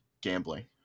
gambling